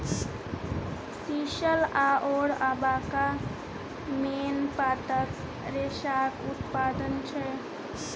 sisal आओर abaca मेन पातक रेशाक उदाहरण छै